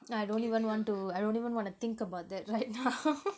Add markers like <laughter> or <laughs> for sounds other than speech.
I don't even want to I don't even wanna think about that right <laughs> now <laughs>